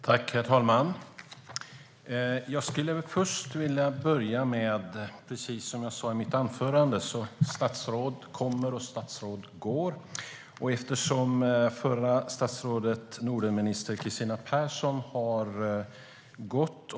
Herr talman! Jag skulle vilja börja med det jag sa i mitt anförande: Statsråd kommer, och statsråd går. Förra statsrådet och Nordenministern Kristina Persson har gått.